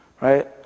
right